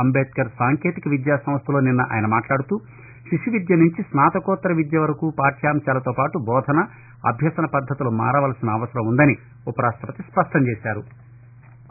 అంబేద్యర్ సాంకేతిక విద్యాసంస్టలో నిన్న ఆయన మాట్లాడుతూ శిశువిద్య నుంచి స్నాతకోత్తర విద్యవరకూ పాఠ్యాంశాలతోపాటు బోధన అభ్యసన పద్దతులు మారవలసిన అవసరం వుందని ఉపరాష్టపతి స్పష్టంచేశారు